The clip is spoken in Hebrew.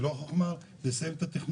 זה לא רק לסיים את התכנון.